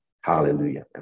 Hallelujah